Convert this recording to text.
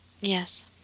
Yes